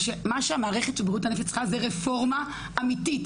מה שהמערכת של בריאות הנפש צריכה רפורמה אמיתית